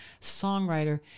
songwriter